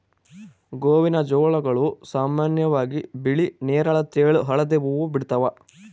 ಗೋವಿನಜೋಳಗಳು ಸಾಮಾನ್ಯವಾಗಿ ಬಿಳಿ ನೇರಳ ತೆಳು ಹಳದಿ ಹೂವು ಬಿಡ್ತವ